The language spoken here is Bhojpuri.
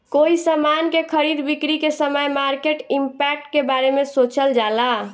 कोई समान के खरीद बिक्री के समय मार्केट इंपैक्ट के बारे सोचल जाला